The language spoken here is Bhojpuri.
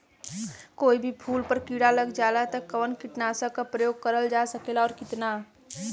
कोई भी फूल पर कीड़ा लग जाला त कवन कीटनाशक क प्रयोग करल जा सकेला और कितना?